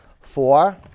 Four